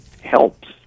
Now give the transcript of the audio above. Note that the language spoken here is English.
helps